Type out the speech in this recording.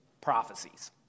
prophecies